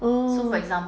oh